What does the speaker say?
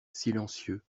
silencieux